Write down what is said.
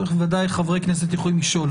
ודאי חברי הכנסת יכולים לשאול.